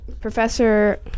Professor